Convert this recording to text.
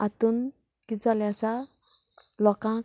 आतून कितें जाल्लें आसां लोकां